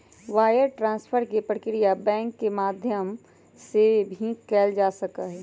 wire transfer के प्रक्रिया bank के माध्यम से ही कइल जा सका हई